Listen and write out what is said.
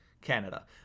Canada